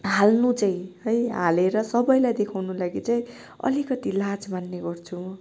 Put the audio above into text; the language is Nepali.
हाल्नु चाहिँ है हालेर सबलाई देखाउनुको लागि चाहिँ अलिकति लाज मान्ने गर्छु